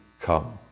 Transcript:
come